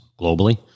globally